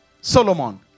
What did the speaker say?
Solomon